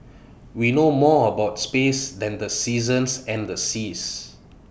we know more about space than the seasons and the seas